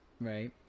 right